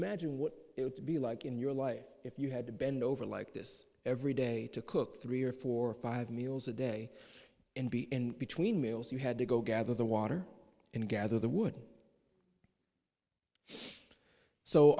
imagine what would be like in your life if you had to bend over like this every day to cook three or four or five meals a day and be in between meals you had to go gather the water and gather the wood so